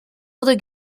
other